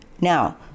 Now